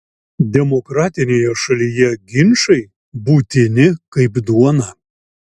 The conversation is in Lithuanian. demokratinėje šalyje ginčai būtini kaip duona